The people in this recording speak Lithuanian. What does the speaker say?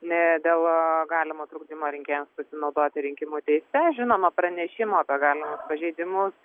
ne dėl galimo trukdymo rinkėjams pasinaudoti rinkimų teise žinoma pranešimų apie galimus pažeidimus